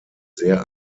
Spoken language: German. sehr